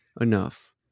enough